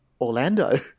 Orlando